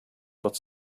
but